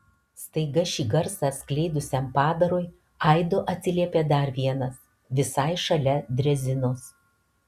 staiga šį garsą skleidusiam padarui aidu atsiliepė dar vienas visai šalia drezinos